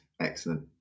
Excellent